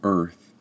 Earth